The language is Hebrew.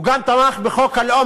הוא גם תמך בחוק הלאום,